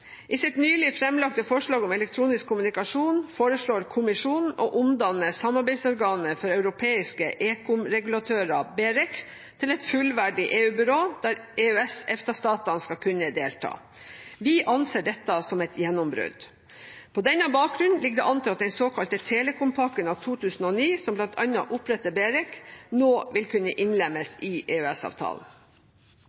I sitt nylig framlagte forslag om elektronisk kommunikasjon foreslår kommisjonen å omdanne samarbeidsorganet for europeiske ekomregulatører, BEREC, til et fullverdig EU-byrå der EØS/EFTA-statene skal kunne delta. Vi anser dette som et gjennombrudd. På denne bakgrunn ligger det an til at den såkalte telekompakken av 2009, som bl.a. oppretter BEREC, nå vil kunne innlemmes